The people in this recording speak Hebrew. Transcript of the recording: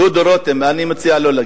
דודו רותם, אני מציע לא להגיב,